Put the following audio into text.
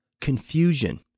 confusion